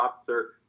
officer